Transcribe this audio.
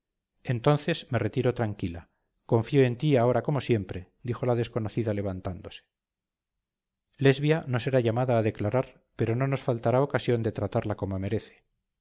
entonces me retiro tranquila confío en ti ahora como siempre dijo la desconocida levantándose lesbia no será llamada a declarar pero no nos faltará ocasión de tratarla como merece